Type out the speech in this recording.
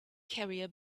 carrier